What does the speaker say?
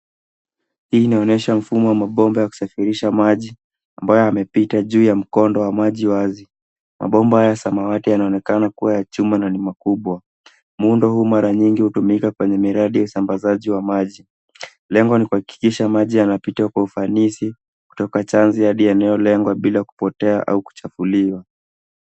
Hii inaonyesha mfumo wa mabomba ya kusafirisha maji, ambayo yamepita juu ya mkondo wa maji wazi. Mabomba haya ya samawati, yanaonekana kuwa ya chuma na ni makubwa. Muundo huu mara nyingi, hutumika kwenye miradi ya usambazaji wa maji. Lengo ni kuhakikisha maji yanapita kwa ufanisi, kutoka chanzi hadi eneo lengo, bila kupotea au kuchafuliwa.